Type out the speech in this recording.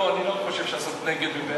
אבל אם לא, אני לא חושב שלעשות נגד ובעד,